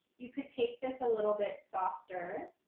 you could take this a little bit softer.